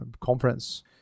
conference